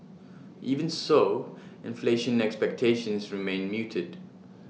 even so inflation expectations remain muted